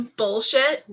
bullshit